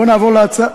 פריון,